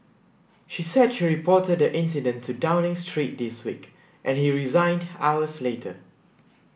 she said she reported the incident to Downing Street this week and he resigned hours later